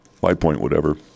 five-point-whatever